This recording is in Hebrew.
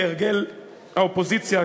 כהרגל האופוזיציה,